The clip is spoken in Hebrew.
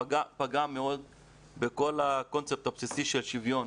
פגע מאוד בכל הקונספט הבסיסי של שוויון.